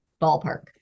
ballpark